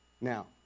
Now